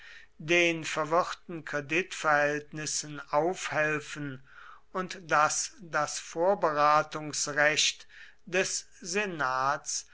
den verwirrten kreditverhältnissen aufhelfen und daß das vorberatungsrecht des senats